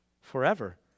Forever